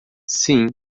sim